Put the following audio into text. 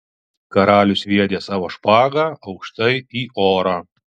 karalius sviedė savo špagą aukštai į orą